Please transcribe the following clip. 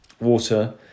water